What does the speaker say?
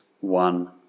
one